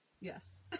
Yes